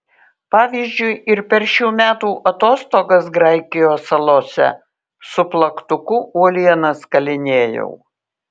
pavyzdžiui ir per šių metų atostogas graikijos salose su plaktuku uolienas kalinėjau